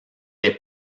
est